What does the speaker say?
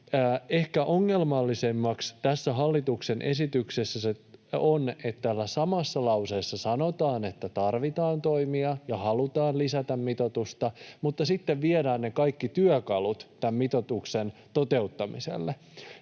Ehkä ongelmallisinta tässä hallituksen esityksessä on, että täällä samassa lauseessa sanotaan, että tarvitaan toimia ja halutaan lisätä mitoitusta, mutta sitten viedään ne kaikki työkalut tämän mitoituksen toteuttamiseen.